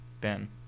Ben